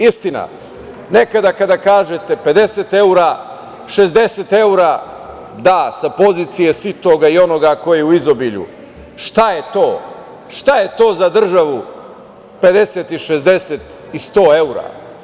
Istina, nekada kada kažete 50 evra, 60 evra, da, sa pozicije sitoga i onoga koji je u izobilju, šta je to, šta je to za državu 50 i 60 i 100 evra.